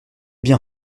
bien